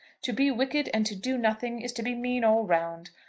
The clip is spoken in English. to be wicked and to do nothing is to be mean all round.